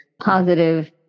positive